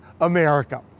America